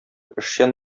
эшчән